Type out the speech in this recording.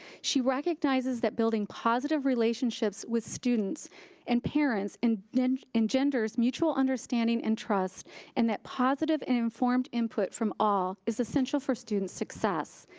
she recognizes that building positive relationships with students and parents engenders mutual understanding and trust and that positive and informed input from all is essential for student success.